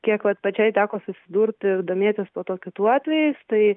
kiek vat pačiai teko susidurti domėtis po to kitų atvejais tai